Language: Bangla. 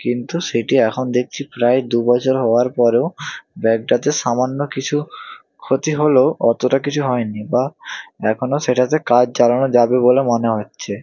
কিন্তু সেটি এখন দেখছি প্রায় দু বছর হওয়ার পরেও ব্যাগটাতে সামান্য কিছু ক্ষতি হলেও অতোটা কিছু হয় নি বা এখনো সেটাতে কাজ চালানো যাবে বলে মনে